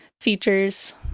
features